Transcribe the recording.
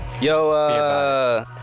Yo